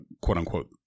quote-unquote